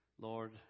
Lord